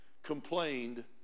Complained